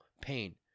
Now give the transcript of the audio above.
pain